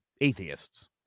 atheists